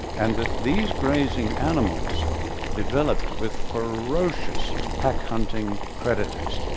and that these grazing animals developed with ferocious pack-hunting predators.